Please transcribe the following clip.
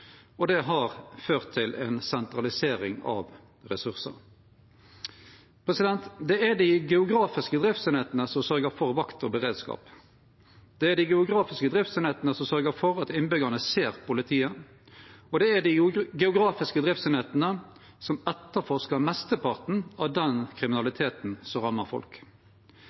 har ført til ei sentralisering av ressursar. Det er dei geografiske driftseiningane som sørgjer for vakt og beredskap. Det er dei geografiske driftseiningane som sørgjer for at innbyggjarane ser politiet, og det er dei geografiske driftseiningane som etterforskar mesteparten av den kriminaliteten som rammar folk.